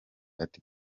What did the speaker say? ati